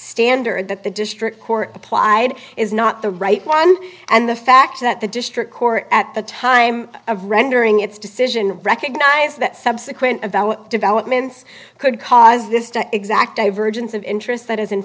standard that the district court applied is not the right one and the fact that the district court at the time of rendering its decision recognize that subsequent about what developments could cause this to exact a virgin's of interest that is in